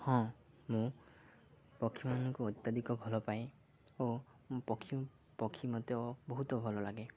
ହଁ ମୁଁ ପକ୍ଷୀମାନଙ୍କୁ ଅତ୍ୟଧିକ ଭଲ ପାଏ ଓ ପକ୍ଷୀ ପକ୍ଷୀ ମୋତେ ବହୁତ ଭଲ ଲାଗେ